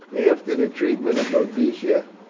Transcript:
after the treatment of boadicea,